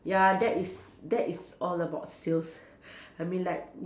ya that is that is all about sales I mean like